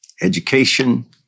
education